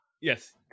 Yes